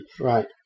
Right